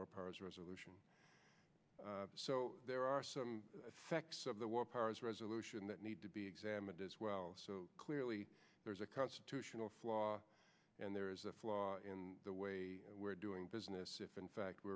war powers resolution so there are some sects of the war powers resolution that need to be examined as well so clearly there's a constitutional flaw and there is a flaw in the way we're doing business if in fact